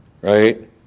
Right